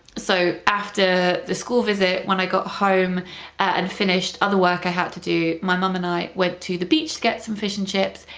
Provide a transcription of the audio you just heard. so after the school visit when i got home and finished other work i had to do, my mum and i went to the beach to get some fish and chips.